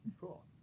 cool